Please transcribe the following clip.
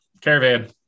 Caravan